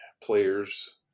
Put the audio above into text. players